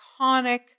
iconic